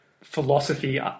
philosophy